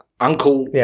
Uncle